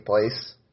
place